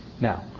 now